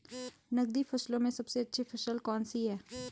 नकदी फसलों में सबसे अच्छी फसल कौन सी है?